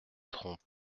trompe